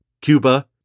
Cuba